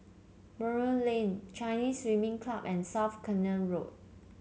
Buroh Lane Chinese Swimming Club and South Canal Road